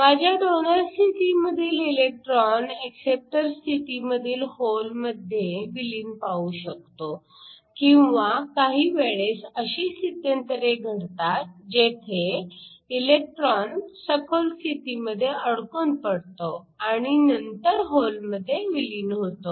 माझ्या डोनर स्थितीमधील electron acceptor स्थितीमधील होलमध्ये विलीन पावू शकतो किंवा काही वेळेस अशी स्थित्यंतरे घडतात जेथे इलेक्ट्रॉन सखोल स्थितीमध्ये अडकून पडतो आणि नंतर होलमध्ये विलीन होतो